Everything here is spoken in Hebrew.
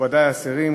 מכובדי השרים,